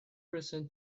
reason